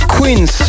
Queens